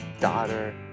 daughter